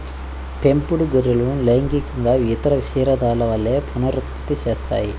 పెంపుడు గొర్రెలు లైంగికంగా ఇతర క్షీరదాల వలె పునరుత్పత్తి చేస్తాయి